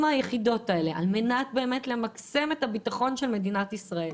היחידות האלה על מנת למקסם את הביטחון של מדינת ישראל,